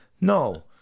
No